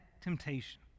temptation